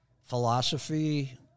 philosophy